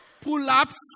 Pull-ups